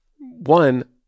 One